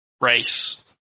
race